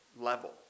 level